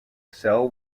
cell